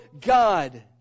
God